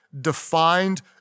defined